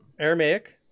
Aramaic